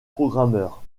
programmeur